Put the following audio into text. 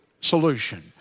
solution